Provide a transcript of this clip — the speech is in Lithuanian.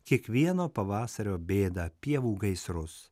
kiekvieno pavasario bėdą pievų gaisrus